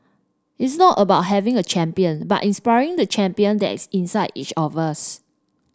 it's not about having a champion but inspiring the champion that is inside each of us